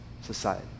society